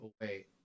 away